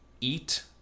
eat